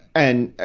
and,